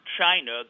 China